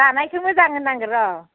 जानायखौ मोजां होनांगोन र'